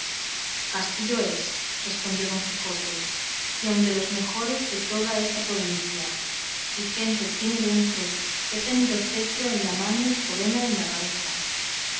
castillo es replicó don quijote y aun de los mejores de toda esta provincia y gente tiene dentro que ha tenido cetro en la mano y corona en la cabeza